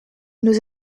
nous